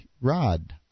Rod